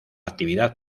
actividad